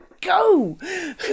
go